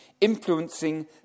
influencing